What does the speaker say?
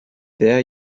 there